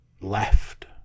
left